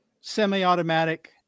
semi-automatic